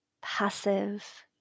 passive